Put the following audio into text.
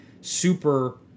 super